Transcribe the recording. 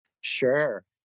Sure